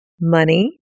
money